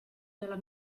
dalla